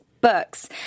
books